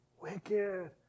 wicked